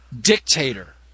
dictator